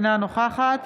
אינה נוכחת